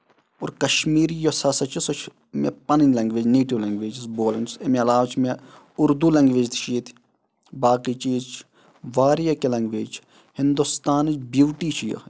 اور کَشمیٖری یۄس ہسا چھِ سۄ چھِ مےٚ پَنٕنۍ لینگویج نیٹِو لینگویجز بولان چھُس اَمہِ علاوٕ چھِ مےٚ اردوٗ لینگویج چھِ ییٚتہِ باقٕے چیٖز چھِ واریاہ کیٚنٛہہ لینگویج ہِندوستانٕچ بیوٹی چھِ یِہوے